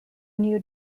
new